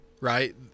right